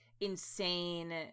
insane